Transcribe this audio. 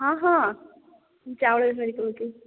ହଁ ହଁ ମୁଁ ଚାଉଳ ବେପାରୀ କହୁଛି